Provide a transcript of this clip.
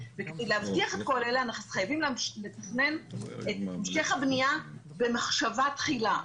ולהבטיח את כל אלה אנחנו חייבים לתכנן את המשך הבנייה במחשבה תחילה.